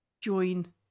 join